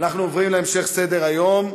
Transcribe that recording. אנחנו עוברים להמשך סדר-היום.